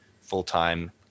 full-time